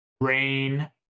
rain